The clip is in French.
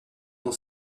dans